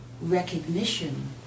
recognition